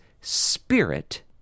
spirit